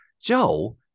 Joe